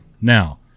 Now